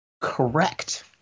Correct